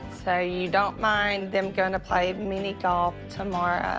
so you don't mind them goin' to play mini golf tomorrow?